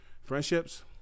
Friendships